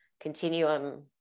continuum